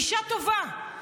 אישה טובה,